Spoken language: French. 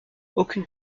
aucune